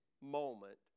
moment